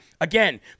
Again